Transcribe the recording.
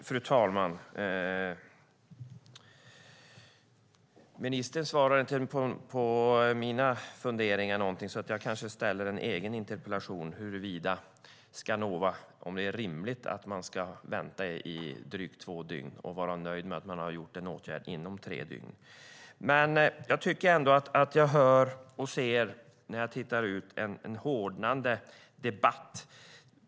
Fru talman! Ministern svarar inte någonting på mina funderingar. Därför kanske jag ställer en egen interpellation när det gäller Skanova, om det är rimligt att man ska vänta i drygt två dygn och vara nöjd med att man har vidtagit en åtgärd inom tre dygn. Men jag tycker ändå att jag hör och ser, när jag tittar ut, en hårdnande debatt.